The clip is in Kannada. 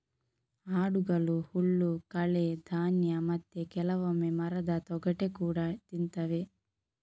ಆಡುಗಳು ಹುಲ್ಲು, ಕಳೆ, ಧಾನ್ಯ ಮತ್ತೆ ಕೆಲವೊಮ್ಮೆ ಮರದ ತೊಗಟೆ ಕೂಡಾ ತಿಂತವೆ